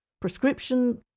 prescription